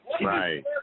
Right